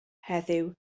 heddiw